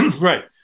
right